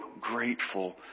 grateful